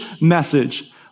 message